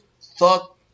thought